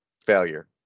failure